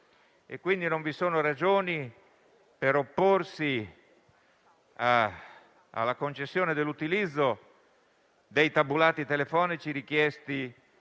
quindi non vi sono ragioni per opporsi alla concessione dell'utilizzo dei tabulati telefonici richiesti